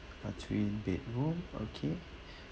uh twin bedroom okay